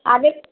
আগে